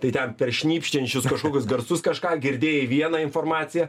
tai ten per šnypščiančius kažkokius garsus kažką girdėjai vieną informaciją